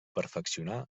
perfeccionar